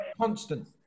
constant